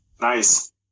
Nice